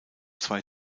zwei